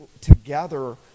together